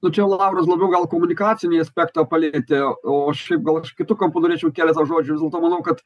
nu čia lauras labiau gal komunikacinį aspektą palietė o šiaip gal aš kitu kampu norėčiau keletą žodžių vis dėlto manau kad